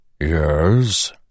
Yes